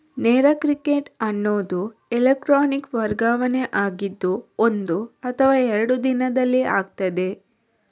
ನೇರ ಕ್ರೆಡಿಟ್ ಅನ್ನುದು ಎಲೆಕ್ಟ್ರಾನಿಕ್ ವರ್ಗಾವಣೆ ಆಗಿದ್ದು ಒಂದು ಅಥವಾ ಎರಡು ದಿನದಲ್ಲಿ ಆಗ್ತದೆ